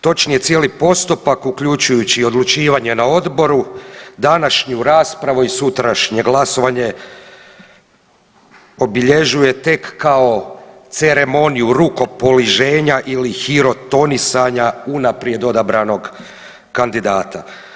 Točnije cijeli postupak uključujući i odlučivanje na odboru, današnju raspravu i sutrašnje glasovanje obilježuje tek kao ceremoniju rukopoliženja ili hirotonisanja unaprijed odabranog kandidata.